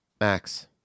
Max